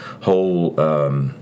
whole